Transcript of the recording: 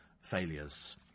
failures